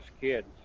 kids